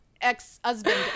ex-husband